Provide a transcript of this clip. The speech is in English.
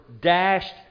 dashed